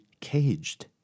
caged